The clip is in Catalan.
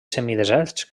semideserts